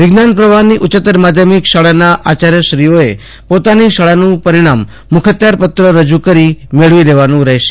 વિજ્ઞાન પ્રવાહની ઉચ્ચતર માધ્યમિક શાળાના આચાર્યશ્રીઓએ પોતાની શાળાનું પરિજ્ઞામ મુખત્યાર પત્ર રજૂ કરી મેળવી લેવાનું રહેશે